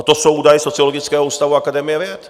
To jsou údaje Sociologického ústavu Akademie věd.